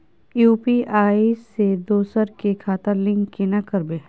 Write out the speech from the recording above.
UPI से दोसर के खाता लिंक केना करबे?